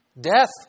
Death